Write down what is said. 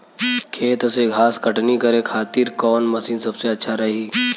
खेत से घास कटनी करे खातिर कौन मशीन सबसे अच्छा रही?